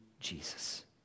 Jesus